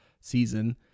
season